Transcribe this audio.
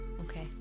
okay